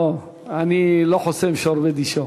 לא, לא, אני לא חוסם שור בדישו.